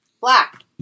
Black